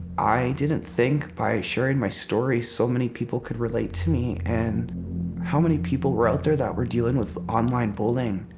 i didn't think by sharing my story so many people could relate to me and how many people were out there that were dealing with online bullying,